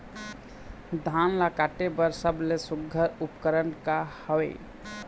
धान ला काटे बर सबले सुघ्घर उपकरण का हवए?